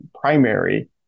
primary